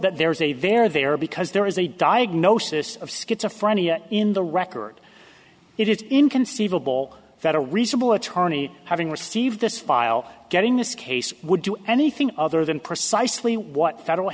that there is a there there because there is a diagnosis of schizophrenia in the record it is inconceivable that a reasonable attorney having received this file getting this case would do anything other than precisely what federal